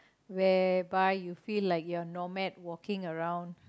whereby you feel like you're nomad walking around